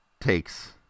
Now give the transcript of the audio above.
takes